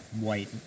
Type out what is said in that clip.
white